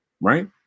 Right